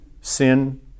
sin